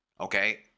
Okay